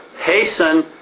hasten